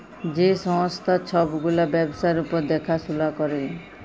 যে সংস্থা ছব গুলা ব্যবসার উপর দ্যাখাশুলা ক্যরে